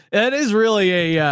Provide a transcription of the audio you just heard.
that is really a,